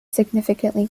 significantly